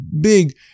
big